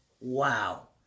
Wow